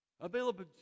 available